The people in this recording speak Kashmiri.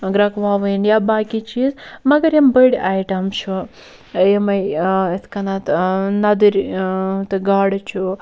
گرٛکناوٕنۍ یا باقٕے چیٖز مگر یِم بٔڈۍ اَیٹَم چھِ یِمے یِتھٕ کٔنۍ نَدٕرۍ تہٕ گاڈٕ چھُ